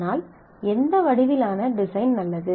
ஆனால் எந்த வடிவிலான டிசைன் நல்லது